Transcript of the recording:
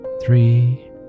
three